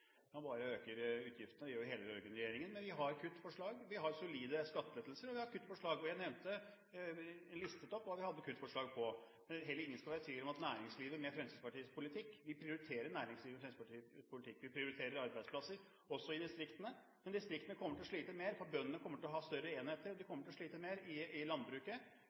kutter. Han bare øker utgiftene, og det gjør hele den rød-grønne regjeringen. Men vi har solide skattelettelser, og vi har kuttforslag, og jeg listet opp hva vi hadde kuttforslag på. Ingen skal heller være i tvil om at næringslivet er med i Fremskrittspartiets politikk. Vi prioriterer næringslivet i Fremskrittspartiets politikk. Vi prioriterer arbeidsplasser, også i distriktene. Men distriktene kommer til å slite mer, for bøndene kommer til å ha større enheter, og de kommer til å slite mer i landbruket.